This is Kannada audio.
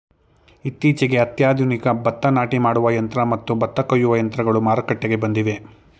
ಇತ್ತೀಚೆಗೆ ಅತ್ಯಾಧುನಿಕ ಭತ್ತ ನಾಟಿ ಮಾಡುವ ಯಂತ್ರ ಮತ್ತು ಭತ್ತ ಕೊಯ್ಯುವ ಯಂತ್ರಗಳು ಮಾರುಕಟ್ಟೆಗೆ ಬಂದಿವೆ